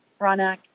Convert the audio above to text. Ronak